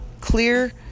clear